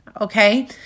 okay